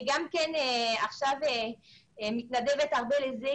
אני מתנדבת הרבה בנושא.